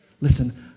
Listen